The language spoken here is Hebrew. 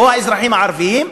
או האזרחים הערבים,